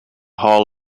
hall